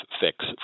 fix